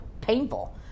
painful